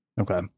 Okay